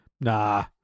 Nah